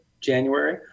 January